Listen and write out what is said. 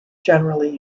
generally